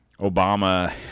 Obama